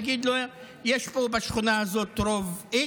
יגידו לו: יש פה, בשכונה הזאת, רוב x,